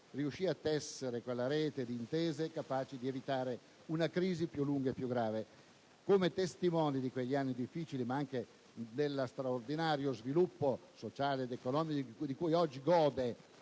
riuscì a tessere quella rete di intese capaci di evitare una crisi più lunga e più grave. Come testimone di quegli anni difficili, ma anche dello straordinario sviluppo sociale ed economico di cui oggi gode